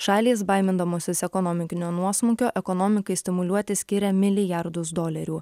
šalys baimindamosi ekonominio nuosmukio ekonomikai stimuliuoti skiria milijardus dolerių